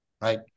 right